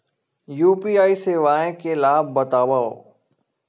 UPI सेवाएं के लाभ बतावव?